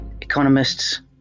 economists